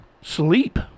sleep